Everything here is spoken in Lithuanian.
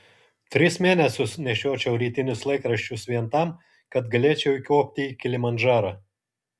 tris mėnesius nešiočiau rytinius laikraščius vien tam kad galėčiau įkopti į kilimandžarą